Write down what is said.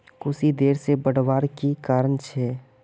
कुशी देर से बढ़वार की कारण छे?